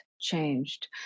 changed